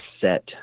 set